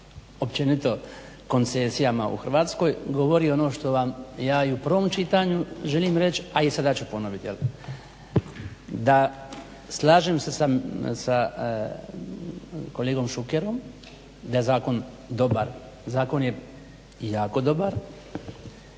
općenito koncesijama u Hrvatskoj govori, ono što vam ja i u prvom čitanju želim reć a i sada ću ponovit. Da slažem se s kolegom Šukerom, da je zakon dobar. Zakon je jako dobar